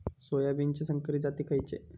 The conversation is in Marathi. सोयाबीनचे संकरित जाती खयले?